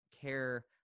care